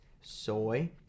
Soy